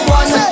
one